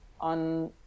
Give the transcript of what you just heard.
on